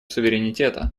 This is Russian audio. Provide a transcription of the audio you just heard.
суверенитета